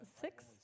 Six